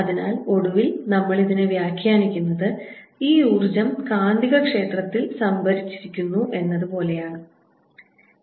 അതിനാൽ ഒടുവിൽ നമ്മൾ ഇതിനെ വ്യാഖ്യാനിക്കുന്നത് ഈ ഊർജ്ജം കാന്തികക്ഷേത്രത്തിൽ സംഭരിച്ചിരിക്കുന്നതുപോലെയാണെന്നാണ്